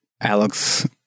Alex